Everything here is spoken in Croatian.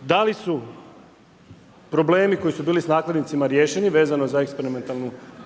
da li su problemi koji su bili s nadzornicima riješeni, vezani za eksperimentalnu